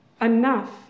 enough